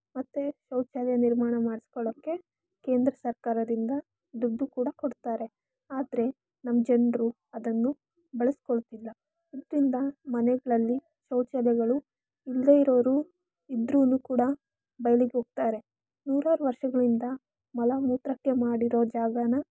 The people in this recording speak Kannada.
ಮತ್ತು ಶೌಚಾಲಯ ನಿರ್ಮಾಣ ಮಾಡಿಸ್ಕೊಳ್ಳೋಕ್ಕೆ ಕೇಂದ್ರ ಸರ್ಕಾರದಿಂದ ದುಡ್ಡು ಕೂಡ ಕೊಡ್ತಾರೆ ಆದರೆ ನಮ್ಮ ಜನರು ಅದನ್ನು ಬಳಸ್ಕೊಳ್ತಿಲ್ಲ ಅದರಿಂದ ಮನೆಗಳಲ್ಲಿ ಶೌಚಾಲಯಗಳು ಇಲ್ಲದೆ ಇರೋರು ಇದ್ರೂ ಕೂಡ ಬೈಲಿಗೆ ಹೋಗ್ತಾರೆ ನೂರಾರು ವರ್ಷಗಳಿಂದ ಮಲ ಮೂತ್ರಕ್ಕೆ ಮಾಡಿರೋ ಜಾಗಾನ